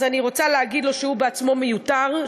אז אני רוצה להגיד לו שהוא עצמו מיותר.